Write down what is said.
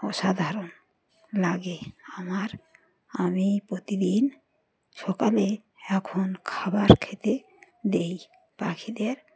অসাধারণ লাগে আমার আমি প্রতিদিন সকালে এখন খাবার খেতে দেই পাখিদের